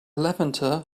levanter